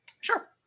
Sure